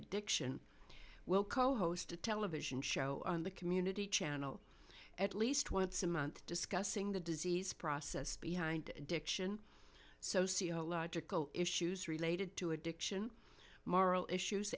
addiction will co host a television show on the community channel at least once a month discussing the disease process behind addiction sociological issues related to addiction moral issues